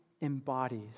embodies